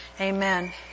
Amen